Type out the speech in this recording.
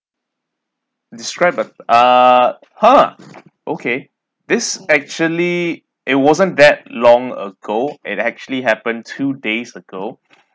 describe the ah ha okay this actually it wasn't that long ago it actually happen two days ago